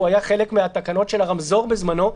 והוא היה חלק מהתקנות של הרמזור בזמנו.